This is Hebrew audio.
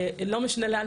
לא משנה לאן,